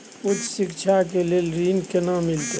उच्च शिक्षा के लेल ऋण केना मिलते?